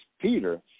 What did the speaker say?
Peter